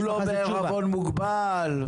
הוא לא בעירבון מוגבל.